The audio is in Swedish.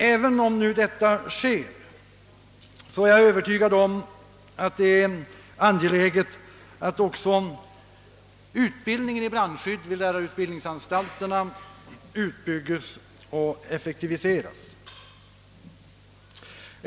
Men jag är övertygad om att det är angeläget att också utbildningen i brandskydd vid lärarutbildningsanstalterna utbyggs och effektiviseras.